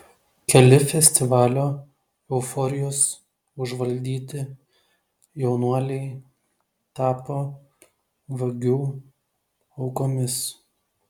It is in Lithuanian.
keli festivalio euforijos užvaldyti jaunuoliai tapo vagių aukomis